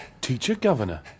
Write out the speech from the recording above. Teacher-governor